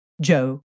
Joe